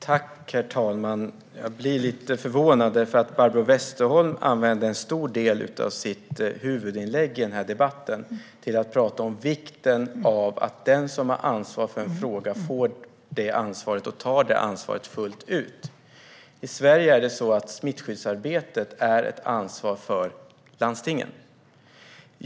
Herr talman! Jag blir lite förvånad, för Barbro Westerholm använde en stor del av sitt huvudinlägg i debatten till att prata om vikten av att den som har ansvar för en fråga får det ansvaret och tar det ansvaret fullt ut. I Sverige är smittskyddsarbetet ett ansvar för landstingen.